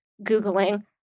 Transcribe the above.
Googling